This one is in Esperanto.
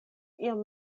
iom